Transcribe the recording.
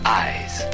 eyes